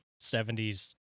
70s